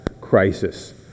crisis